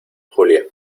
julia